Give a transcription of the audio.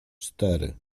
cztery